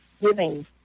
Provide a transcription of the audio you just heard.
giving